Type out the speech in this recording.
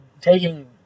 taking